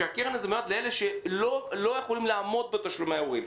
שמיועדת לאלה שלא יכולים לעמוד בתשלומי ההורים,